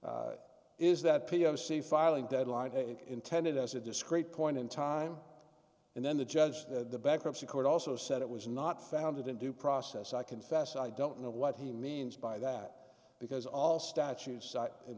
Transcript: is that p f c filing deadline intended as a discrete point in time and then the judge the bankruptcy court also said it was not founded in due process i confess i don't know what he means by that because all statutes in